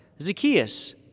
Zacchaeus